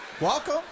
Welcome